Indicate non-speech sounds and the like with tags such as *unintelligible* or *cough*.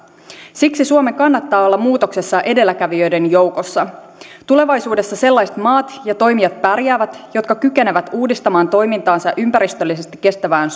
siksi suomen kannattaa olla muutoksessa edelläkävijöiden joukossa tulevaisuudessa sellaiset maat ja toimijat pärjäävät jotka kykenevät uudistamaan toimintaansa ympäristöllisesti kestävään *unintelligible*